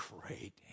great